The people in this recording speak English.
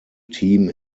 team